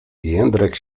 jędrek